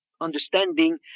understanding